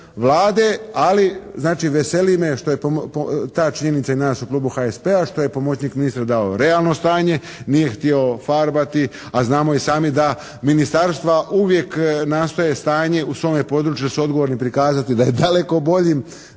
Vlade. Ali znači, veseli me što je, ta činjenica i nas u klubu HSP-a što je pomoćnik ministra dao realno stanje. Nije htio farbati, a znamo i sami da ministarstva uvijek nastoje stanje u svome području gdje su odgovorni prikazati da je daleko boljim